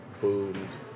boomed